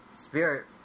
Spirit